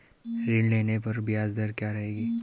ऋण लेने पर ब्याज दर क्या रहेगी?